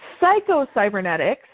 Psychocybernetics